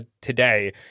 today